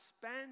spend